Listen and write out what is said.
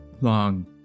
long